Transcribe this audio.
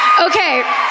Okay